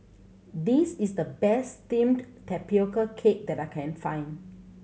this is the best steamed tapioca cake that I can find